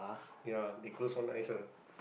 ya they close one eyes ah